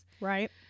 right